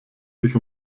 sich